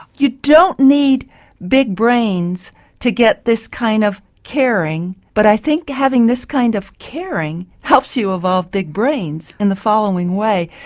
you don't need big brains to get this kind of caring, but i think having this kind of caring helps you evolve big brains in the following way.